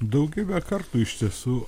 daugybę kartų iš tiesų